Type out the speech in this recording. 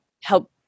help